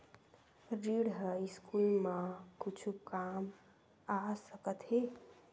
ऋण ह स्कूल मा कुछु काम आ सकत हे?